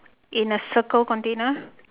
in a circle container